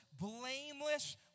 blameless